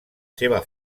seva